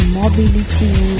mobility